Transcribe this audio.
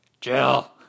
Jill